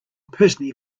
personally